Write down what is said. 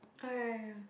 oh ya ya